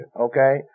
Okay